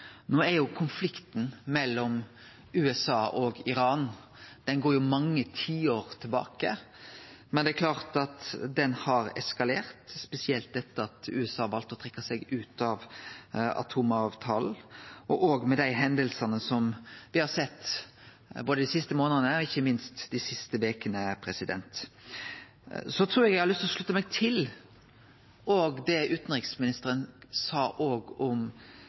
no ser i Midtausten. Konflikten mellom USA og Iran går jo mange tiår tilbake, men det er klart at han har eskalert, spesielt etter at USA valde å trekkje seg ut av atomavtala, og òg med dei hendingane me har sett både dei siste månadene og ikkje minst dei siste vekene. Eg trur eg òg har lyst til å slutte meg til det utanriksministeren sa om